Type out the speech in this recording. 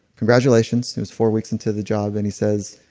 congratulations. he was four weeks into the job. and he says,